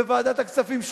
בוועדת הכספים,